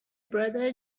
brother